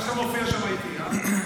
רק כשאתה מופיע שם איתי, אה?